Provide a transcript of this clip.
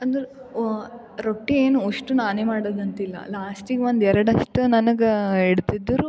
ಅಂದ್ರೆ ರೊಟ್ಟಿ ಏನು ಅಷ್ಟು ನಾನೇ ಮಾಡೋದ್ ಅಂತಿಲ್ಲ ಲಾಸ್ಟಿಗೆ ಒಂದು ಎರಡು ಅಷ್ಟೇ ನನಗೆ ಹೇಳ್ತಿದ್ರು